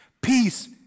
Peace